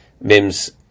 mims